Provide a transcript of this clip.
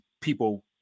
people